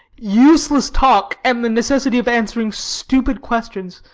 useless talk, and the necessity of answering stupid questions,